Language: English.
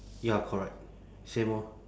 ya correct same orh